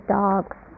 dogs